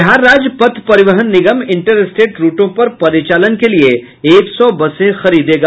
बिहार राज्य पथ परिवहन निगम इंटर स्टेट रूटों पर परिचालन के लिये एक सौ बसें खरीदेगा